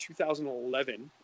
2011